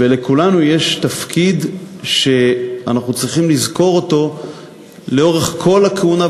ולכולנו יש תפקיד שאנחנו צריכים לזכור לאורך כל הכהונה,